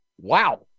wow